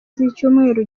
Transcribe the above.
z’icyumweru